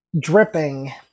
dripping